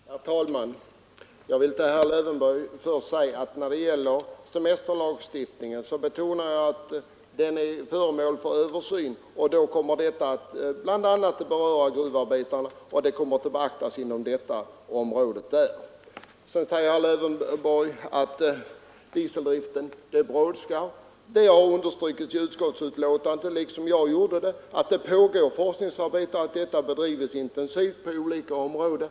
Herr talman! Jag vill börja med att säga till herr Lövenborg att jag betonat att semesterlagstiftningen är föremål för översyn, och under det arbetet kommer bl.a. gruvarbetarnas förhållanden att beröras. Sedan säger herr Lövenborg att det brådskar med en översyn av dieseldriften i gruvorna. Det har i utskottsbetänkandet understrukits — liksom jag gjorde — att forskningsarbete pågår och att detta bedrivs intensivt på olika områden.